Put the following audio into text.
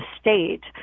state